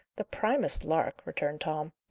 the primest lark, returned tom.